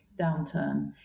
downturn